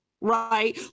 right